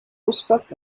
gustav